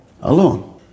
alone